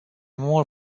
more